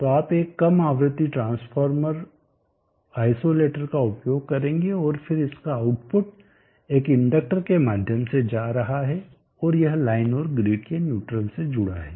तो आप एक कम आवृत्ति ट्रांसफॉर्मर आइसोलेटर का उपयोग करेंगे और फिर इसका आउटपुट एक इंडक्टर के माध्यम से जा रहा है और यह लाइन और ग्रिड के न्यूट्रल से जुड़ा है